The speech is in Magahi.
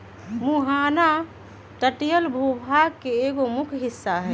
मुहाना तटीय भूभाग के एगो मुख्य हिस्सा हई